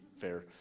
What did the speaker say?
fair